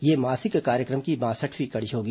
ये मासिक कार्यक्रम की बासठवीं कड़ी होगी